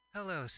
Hello